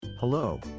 Hello